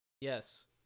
Yes